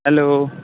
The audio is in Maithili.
हेलो